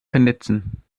vernetzen